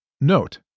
Note